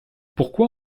pourquoi